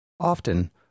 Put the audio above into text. Often